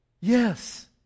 yes